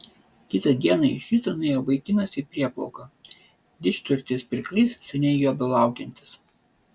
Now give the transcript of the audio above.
kitą dieną iš ryto nuėjo vaikinas į prieplauką didžturtis pirklys seniai jo belaukiantis